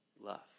Love